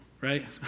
right